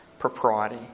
Propriety